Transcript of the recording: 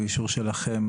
באישור שלכם,